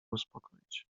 uspokoić